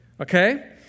Okay